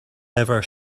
ever